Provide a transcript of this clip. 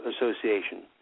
Association